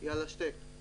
את הדברים